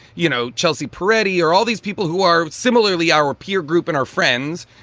you know, chelsea peretti or all these people who are similarly our peer group and our friends.